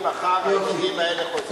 ממחר הילדים האלה חוזרים ללימודים.